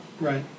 Right